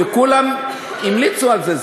וכולם המליצו על זה.